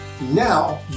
Now